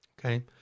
okay